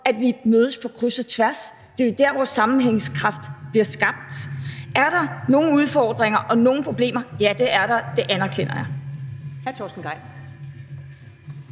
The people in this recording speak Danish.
at vi mødes på kryds og tværs. Det er jo der, vores sammenhængskraft bliver skabt. Er der nogle udfordringer og nogle problemer? Ja, det er der. Det anerkender jeg.